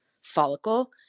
follicle